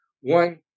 One